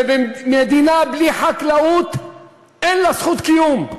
ומדינה בלי חקלאות אין לה זכות קיום.